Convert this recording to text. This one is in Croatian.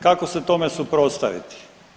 Kako se tome suprotstaviti?